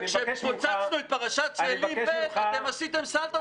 כשפוצצנו את פרשת צאלים ב' אתם עשיתם סלטות באוויר.